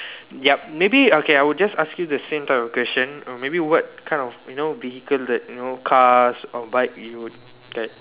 yup maybe okay I would just ask you the same type of question uh maybe what kind of you know vehicle that you know cars or bike you would get